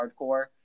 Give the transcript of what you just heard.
hardcore